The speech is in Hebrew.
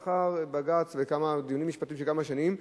לאחר בג"ץ וכמה דיונים משפטיים של כמה שנים,